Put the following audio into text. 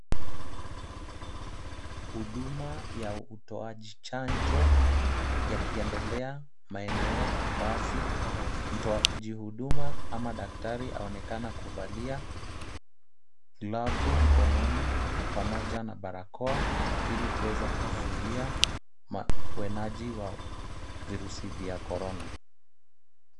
Huduma ya utoaji chanjo ,yakiendelea, maeneo wazi. Mtoaji huduma au daktari , anaonekana kuvalia glove mkononi pamoja na barakoa ,ili kuweza kuzuia, ueneaji wa virusi vya korona.